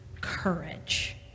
courage